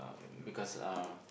because uh